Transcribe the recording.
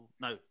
No